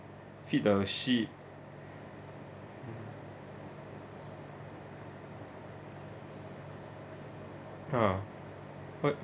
feed the sheep ha what